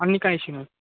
आणि काय इश्यू नाही